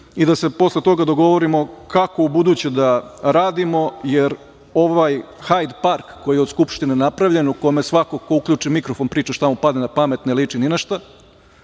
i da se posle toga dogovorimo kako ubuduće da radimo, jer ovaj Hajd park koji je od Skupštine napravljen, u kome svako ko uključi mikrofon priča šta mu padne na pamet, ne liči ni na